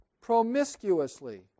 promiscuously